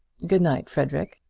good-night, frederic.